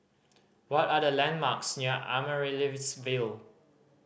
what are the landmarks near Amaryllis Ville